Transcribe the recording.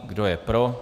Kdo je pro?